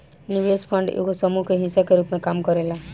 निवेश फंड एगो समूह के हिस्सा के रूप में काम करेला